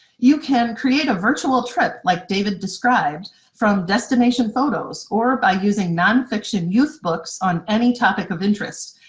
you can create a virtual trip, like david described from destination photos or by using nonfiction youth books on any topic of interest.